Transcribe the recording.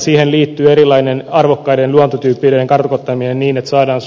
siihen liittyy erilainen arvokkaiden luontotyyppien kartoittaminen niin että saadaan